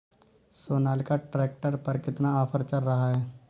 Sonalika tractor पर कितना offer चल रहा है?